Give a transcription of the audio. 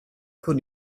con